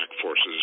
forces